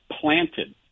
planted